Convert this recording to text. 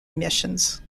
emissions